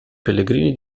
pellegrini